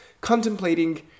contemplating